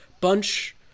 bunch